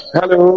Hello